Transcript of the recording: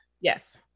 yes